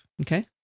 Okay